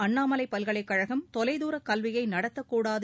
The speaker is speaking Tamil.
அண்ணாமலை பல்கலைக்கழகம் தொலைதூரக் கல்வியை நடத்தக்கூடாது